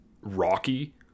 Rocky